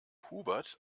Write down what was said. hubert